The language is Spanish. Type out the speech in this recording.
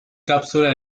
cápsula